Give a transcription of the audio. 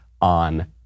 on